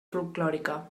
folklòrica